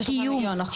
נעמה